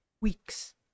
Weeks